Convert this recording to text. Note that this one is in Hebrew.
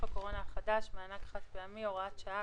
הקורונה החדש מענק חד פעמי) (הוראת שעה),